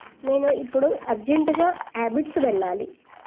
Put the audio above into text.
నేను ఇప్పుడు అర్జెంట్గా అబిడ్స్ వెళ్ళాలి